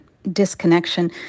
disconnection